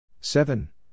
seven